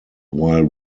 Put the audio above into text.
while